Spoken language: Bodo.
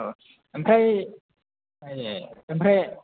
औ ओमफ्राय ए ओमफ्राय